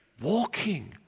walking